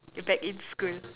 back in school